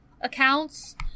accounts